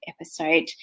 episode